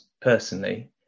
personally